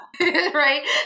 right